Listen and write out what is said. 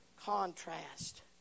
contrast